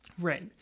Right